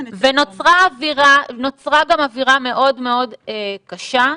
נוצרה גם אווירה מאוד קשה.